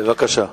בבקשה.